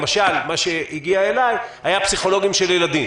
למשל מה שהגיע אליי היה פסיכולוגים של ילדים,